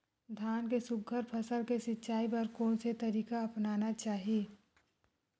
धान के सुघ्घर फसल के सिचाई बर कोन से तरीका अपनाना चाहि?